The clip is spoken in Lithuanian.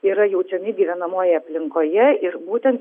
yra jaučiami gyvenamojoje aplinkoje ir būtent